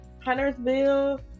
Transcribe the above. Huntersville